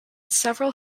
several